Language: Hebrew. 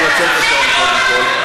אני עוצר את השעון, קודם כול.